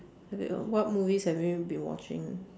uh what movies have we been watching